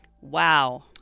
Wow